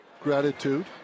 gratitude